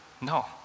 No